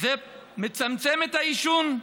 זה מצמצם את העישון,